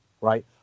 Right